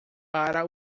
para